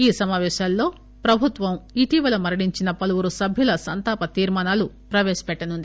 ఈ సమాపేశాల్లో ప్రభుత్వం ఇటీవల మరణించిన పలువురు సభ్యుల సంతాప తీర్శానాలు ప్రవేశపెట్టనుంది